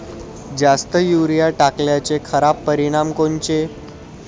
जास्त युरीया टाकल्याचे खराब परिनाम कोनचे?